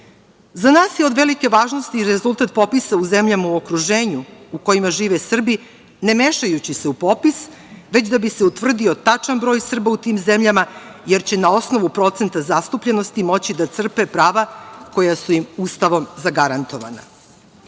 nas je od velike važnosti i rezultat popisa u zemljama u okruženju u kojima žive Srbi, ne mešajući se u popis, već da bi se utvrdio tačan broj Srba u tim zemljama, jer će ne osnovu procenta zastupljenosti moći da crpe prava koja su im Ustavom zagarantovana.I